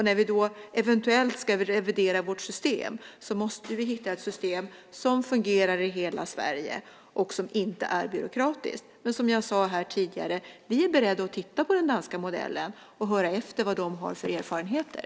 När vi eventuellt ska revidera vårt system måste vi hitta ett system som fungerar i hela Sverige och som inte är byråkratiskt. Men som jag sade tidigare är vi beredda att titta närmare på den danska modellen och höra efter vad de har för erfarenheter.